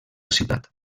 ciutat